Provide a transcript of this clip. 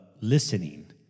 listening